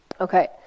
Okay